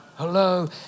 Hello